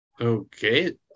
okay